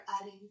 adding